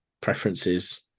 preferences